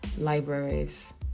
libraries